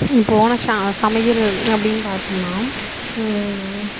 சமையல் அப்படின்னு பார்த்தோன்னா